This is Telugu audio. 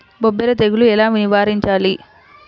బొబ్బర తెగులు ఎలా నివారించాలి?